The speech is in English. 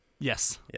Yes